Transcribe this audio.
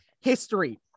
history